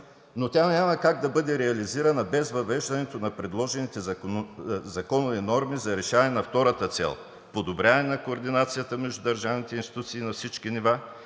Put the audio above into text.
но тя няма как да бъде реализирана без въвеждането на предложените законови норми за решаване на втората цел – подобряване на координацията между държавните институции на всички нива,